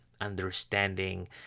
understanding